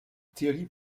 terry